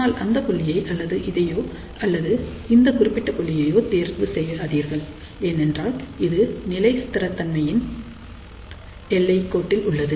ஆனால் இந்த புள்ளியை அல்லது இதையோ அல்லது இந்த குறிப்பிட்ட புள்ளியையோ தேர்வு செய்யாதீர்கள் ஏனென்றால் இது நிலை ஸ்திரத்தன்மையின் stability திட நிலை எல்லை கோட்டில் உள்ளது